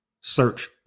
Search